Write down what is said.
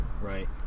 right